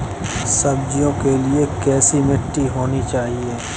सब्जियों के लिए कैसी मिट्टी होनी चाहिए?